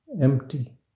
empty